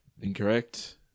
Incorrect